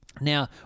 Now